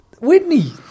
Whitney